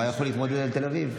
הוא היה יכול להתמודד על תל אביב.